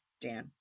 Dan